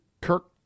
Kirk